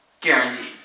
guaranteed